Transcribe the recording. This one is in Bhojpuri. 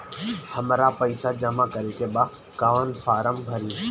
हमरा पइसा जमा करेके बा कवन फारम भरी?